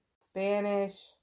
Spanish